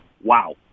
wow